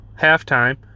halftime